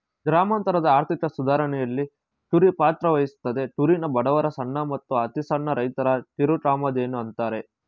ಗ್ರಾಮಾಂತರದ ಆರ್ಥಿಕ ಸುಧಾರಣೆಲಿ ಕುರಿ ಪಾತ್ರವಹಿಸ್ತದೆ ಕುರಿನ ಬಡವರ ಸಣ್ಣ ಮತ್ತು ಅತಿಸಣ್ಣ ರೈತರ ಕಿರುಕಾಮಧೇನು ಅಂತಾರೆ